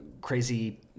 crazy